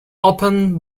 opened